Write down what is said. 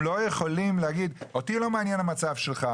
לא יכולים להגיד אותי לא מעניין המצב שלך,